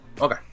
Okay